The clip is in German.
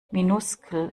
minuskel